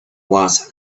was